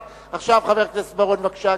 חבר הכנסת בר-און, בבקשה.